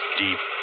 deep